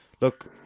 Look